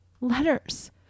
letters